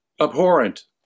Abhorrent